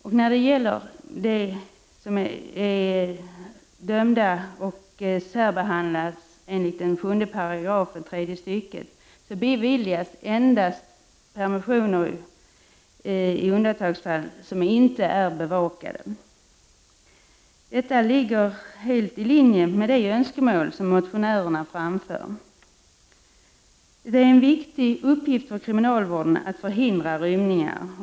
De som är dömda och särbehandlade enligt 7§ tredje stycket beviljas endast i undantagsfall permissioner som inte är bevakade. Detta ligger helt i linje med de önskemål som motionärerna framför. Det är en viktig uppgift för kriminalvården att förhindra rymningar.